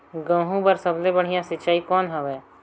गहूं बर सबले बढ़िया सिंचाई कौन हवय?